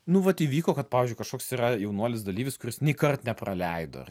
nu vat įvyko kad pavyzdžiui kažkoks yra jaunuolis dalyvis kuris neikart nepraleido